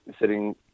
sitting